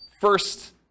first